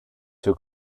too